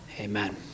Amen